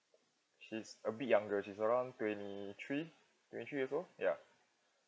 she's a bit younger she's around twenty three twenty three or so ya